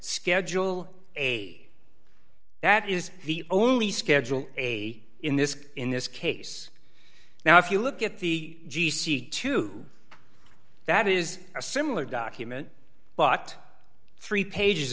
schedule a that is the only schedule a in this in this case now if you look at the two that is a similar document but three pages